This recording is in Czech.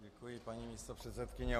Děkuji, paní místopředsedkyně.